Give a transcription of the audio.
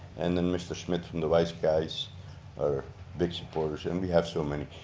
and then mr. schmidt from the weiss guys are big supporters. and we have so many.